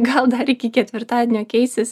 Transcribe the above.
gal dar iki ketvirtadienio keisis